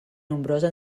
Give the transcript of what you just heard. nombrosa